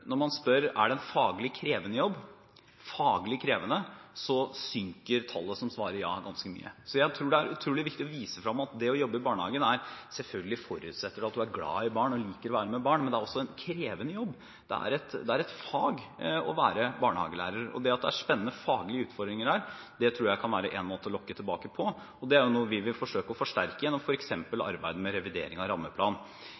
når man spør om det er en faglig krevende jobb, så synker antallet som svarer ja ganske mye. Så jeg tror det er utrolig viktig å vise frem at det å jobbe i barnehage selvfølgelig forutsetter at man er glad i barn og liker å være med barn, men det er også en krevende jobb, det er et fag å være barnehagelærer. Det at det er spennende faglige utfordringer der, tror jeg kan være en måte å lokke tilbake på, og det er noe vi vil forsøke å forsterke gjennom